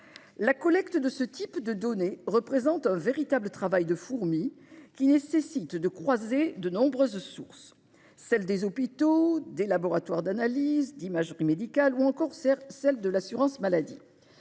La collecte de données de ce type représente un véritable travail de fourmi, qui nécessite de croiser de nombreuses sources : celles des hôpitaux, des laboratoires d'analyses médicales et des centres d'imagerie médicale ou encore celles de l'assurance maladie.